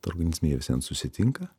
organizme jie vis vien susitinka